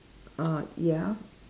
uh ya